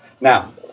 Now